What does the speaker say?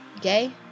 gay